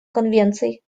конвенций